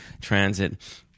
transit